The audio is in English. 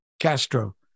Castro